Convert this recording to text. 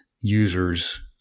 users